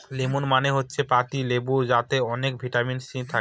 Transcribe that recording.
lemon মানে হচ্ছে পাতি লেবু যাতে অনেক ভিটামিন সি থাকে